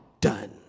done